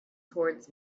towards